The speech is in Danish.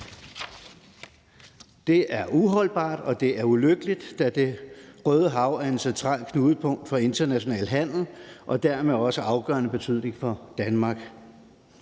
Det er uholdbart, og det er ulykkeligt, da Det Røde Hav er et centralt knudepunkt for international handel og dermed også af afgørende betydning for Danmark.